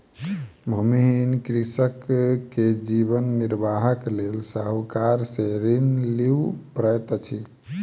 भूमिहीन कृषक के जीवन निर्वाहक लेल साहूकार से ऋण लिअ पड़ैत अछि